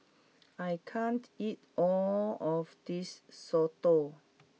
I can't eat all of this Soto